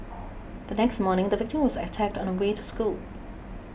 the next morning the victim was attacked on the way to school